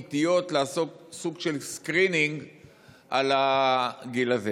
עיתיות, לעשות סוג של Screening על הגיל הזה.